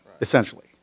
Essentially